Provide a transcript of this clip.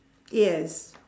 yes